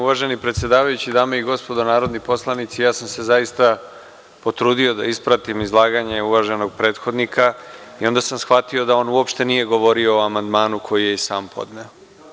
Uvaženi predsedavajući, dame i gospodo narodni poslanici, ja sam se zaista potrudio da ispratim izlaganje uvaženog prethodnika i onda sam shvatio da on uopšte nije govorio o amandmanu koji je i sam podneo.